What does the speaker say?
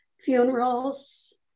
funerals